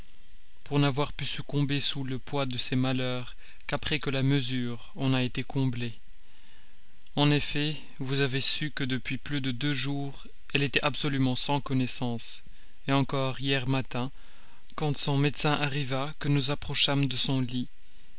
pour n'avoir pu succomber sous le poids de ses malheurs qu'après que la mesure en a été comblée en effet vous avez su que depuis plus de deux jours elle était absolument sans connaissance encore hier matin quand son médecin arriva que nous nous approchâmes de son lit